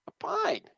Fine